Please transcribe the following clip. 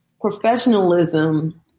Professionalism